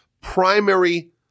primary